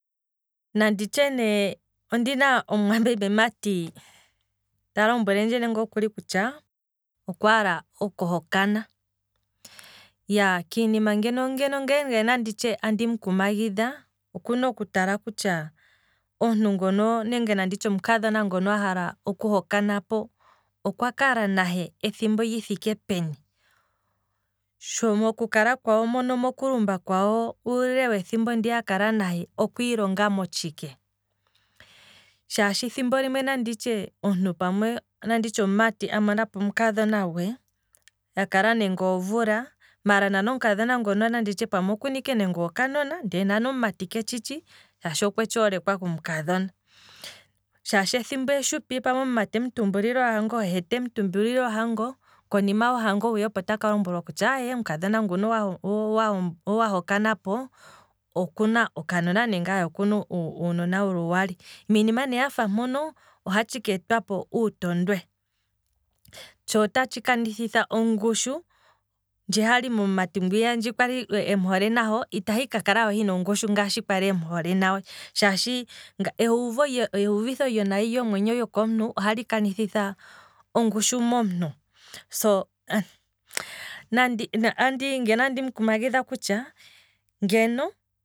Nanditye ne ondina omumwameme mati ta lombwelendje nande okuli kutya, okwaala oku hokana, kiinima ngeno nanditye andimu kumagidha, okuna oku tala kutya, omuntu ngono nenge omukadhona ngono a hala oku hokanapo okwakala naye ethimbo lithike peni, moku kala kwawo mokulumba kwawo, ethimbo ndi yakala nahe, okwiilongamo tshike, shaashi thimbo limwe omuntu nanditye omumati amonapo omukadhona gwe, ya kala nande omvula maala mboli omukadhona ngono okuna nande okanona, ndee nani omumati ketshitshi okwetshi olekwa komukadhona, shaashi pamwe ethimbo eshupi he omumati emutumbulila ohango, konima ho hango hwiya opo taka dhimbulukwa kutya aye omukadhona nguno wa- wa- wa hokana po okuna okanona nenge okuna uunona wuli uwali, miinima ne yatya ngano ohatshi keeta uutondwe, tsho otatshi kanithitha ongushu ndji hali momumati ngwiya, ohole ndjiya kwali eku hole, itahi kakala we hina ongushu ngaashi kwali emuhole nale, shaashi euvitho nayi lyomuntu lyomwenyo, ohali kanithitha ongushu momuntu, so, ngeno andimu kumagidha kutya ngeno